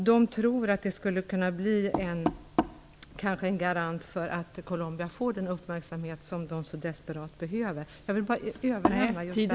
De tror att det kanske skulle kunna bli en garant för att Colombia får den uppmärksamhet som de så desperat behöver. Jag vill bara överlämna...